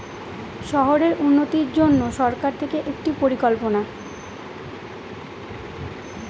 শহরের উন্নতির জন্য সরকার থেকে একটি পরিকল্পনা